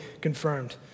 confirmed